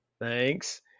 Thanks